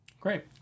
Great